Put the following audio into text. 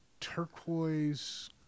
turquoise